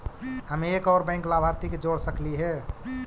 हम एक और बैंक लाभार्थी के जोड़ सकली हे?